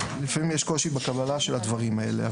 לפעמים יש קושי בקבלת הדברים האלה.